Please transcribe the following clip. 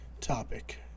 topic